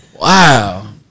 Wow